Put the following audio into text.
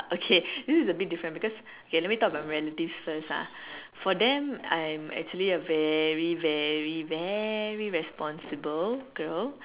okay this is a bit different because okay let me talk about my relatives first ah for them I'm actually a very very very responsible girl